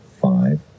five